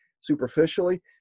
Superficially